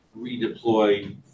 redeploy